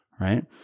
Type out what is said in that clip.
right